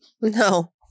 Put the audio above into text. no